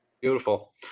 Beautiful